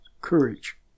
courage